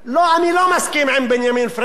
אני לא מסכים עם בנימין פרנקלין,